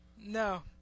No